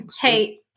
Hey